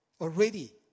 already